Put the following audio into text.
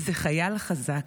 איזה חייל חזק,